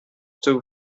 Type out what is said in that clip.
took